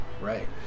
Right